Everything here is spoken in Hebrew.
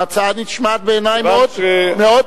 ההצעה נשמעת בעיני מאוד הגיונית.